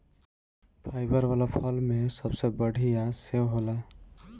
fibre वाला फल में सबसे बढ़िया सेव होला